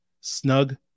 Snug